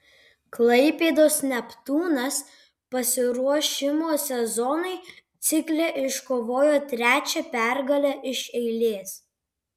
klaipėdos neptūnas pasiruošimo sezonui cikle iškovojo trečią pergalę iš eilės